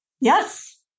Yes